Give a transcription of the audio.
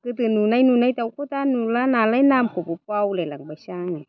गोदो नुनाय नुनाय दाउखौ दा नुला नालाय नामखौबो बावलायलांबायसो आङो